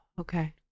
Okay